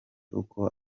uko